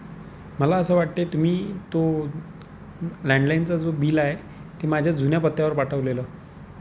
मला असं वाटते तुम्ही तो लँडलाईनचा जो बिल आहे ते माझ्या जुन्या पत्त्यावर पाठवलेलं